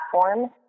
platform